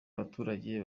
abaturage